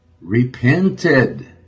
repented